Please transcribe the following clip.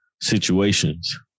situations